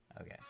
Okay